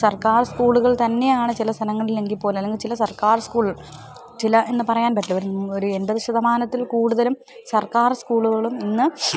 സർക്കാർ സ്കൂളുകൾ തന്നെയാണ് ചില സ്ഥലങ്ങളിലെങ്കിൽ പോലും അല്ലെങ്കിൽ ചില സർക്കാർ സ്കൂളുകൾ ചില എന്നു പറയാൻ പറ്റില്ല ഒരു എൺപത് ശതമാനത്തിൽ കൂടുതലും സർക്കാർ സ്കൂളുകളും ഇന്ന്